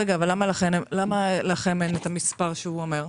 למה לכם אין את המספר שהוא אומר?